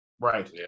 Right